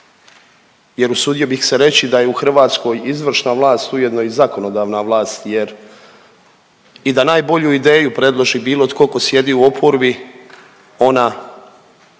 jer usudio bih se reći da je u Hrvatskoj izvršna vlast ujedno i zakonodavna vlast jer i da najbolju ideju predloži bilo tko ko sjedi u oporbi ona